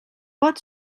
pot